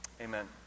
Amen